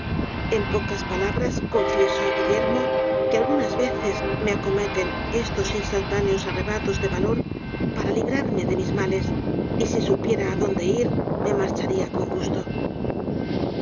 en pocas palabras confieso guillermo que algunas veces me acometen estos instantáneos arrebatos de valor para librarme de mis males y si supiera á dónde ir me marcharía con gusto